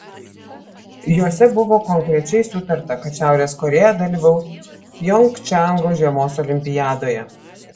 jose buvo konkrečiai sutarta kad šiaurės korėja dalyvaus pjongčango žiemos olimpiadoje